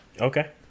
Okay